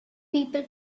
people